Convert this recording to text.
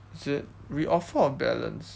is it re-offer of balance